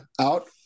out